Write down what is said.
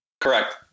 Correct